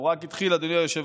הוא רק התחיל, אדוני היושב-ראש.